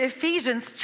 Ephesians